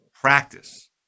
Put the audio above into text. practice